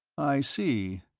i see.